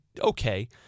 okay